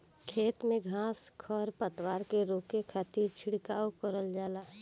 खेत में घास खर पतवार के रोके खातिर छिड़काव करल जाला